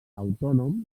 autònom